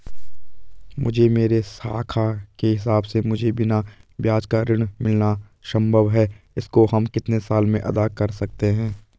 मुझे मेरे साख के हिसाब से मुझे बिना ब्याज का ऋण मिलना संभव है इसको हम कितने साल में अदा कर सकते हैं?